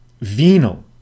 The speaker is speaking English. venal